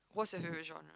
what's your favorite genre